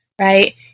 Right